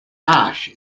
ash